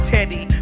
Teddy